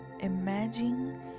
imagine